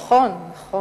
נכון, נכון,